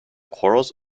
quarrels